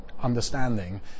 understanding